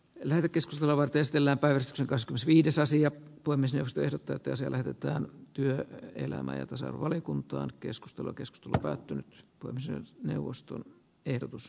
eller keskustelevat estellä päästä kaskusviidessäsiä pane seos tehdä tätä se lähetetään työ ja elämä ja tasa arvovaliokuntaan keskustelu keskitymme päättynyt puimiseen neuvoston ehdotus